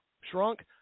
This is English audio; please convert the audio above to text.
shrunk